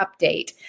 update